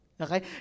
Okay